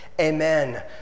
Amen